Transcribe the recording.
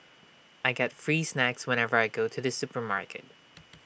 I get free snacks whenever I go to the supermarket